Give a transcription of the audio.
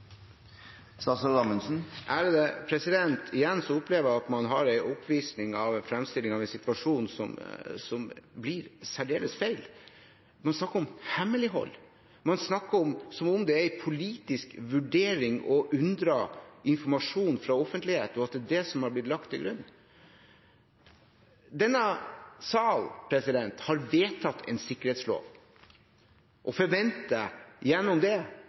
Igjen opplever jeg at man har en oppvisning i fremstillingen av en situasjon som blir særdeles feil. Man snakker om hemmelighold, man snakker som om det er en politisk vurdering å unndra informasjon fra offentligheten, og at det har blitt lagt til grunn. Denne salen har vedtatt en sikkerhetslov og forventer, gjennom det,